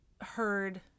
heard